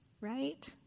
right